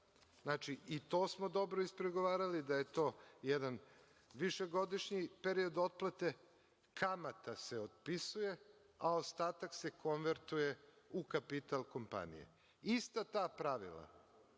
Znači, i to smo dobro ispregovarali. To je višegodišnji period otplate. Kamata se otpisuje, a ostatak se konvertuje u kapital kompanije. Ista ta pravila